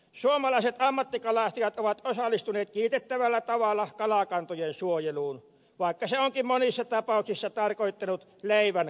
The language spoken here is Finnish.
suomalaiset ammattikalastajat ovat osallistuneet kiitettävällä tavalla kalakantojen suojeluun vaikka se onkin monissa tapauksissa tarkoittanut leivän kapenemista